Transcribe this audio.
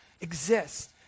exist